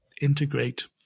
integrate